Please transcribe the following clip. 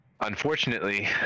unfortunately